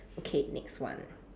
okay next one